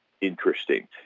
interesting